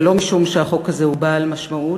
ולא משום שהחוק הזה הוא בעל משמעות,